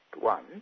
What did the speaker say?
One